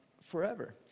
forever